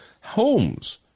homes